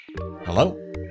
Hello